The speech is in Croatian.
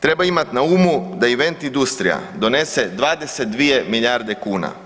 Treba imati na umu da event industrija donese 22 milijarde kuna.